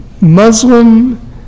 Muslim